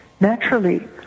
naturally